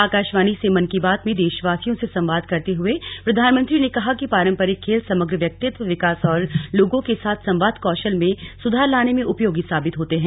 आकाशवाणी से मन की बात में देशवासियों से संवाद करते हुए प्रधानमंत्री ने कहा कि पारंपरिक खेल समग्र व्यक्तित्व विकास और लोगों के साथ संवाद कौशल में सुधार लाने में उपयोगी साबित होते हैं